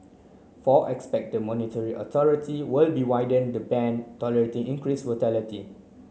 four expect the monetary authority will be widen the band tolerating increase volatility